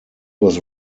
was